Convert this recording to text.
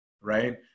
Right